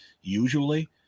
usually